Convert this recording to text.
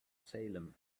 salem